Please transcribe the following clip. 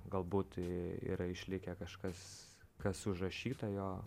galbūt yra išlikę kažkas kas užrašyta jo